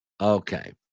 Okay